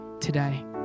today